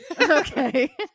Okay